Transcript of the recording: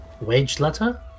Wage-letter